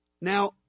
Now